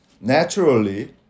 Naturally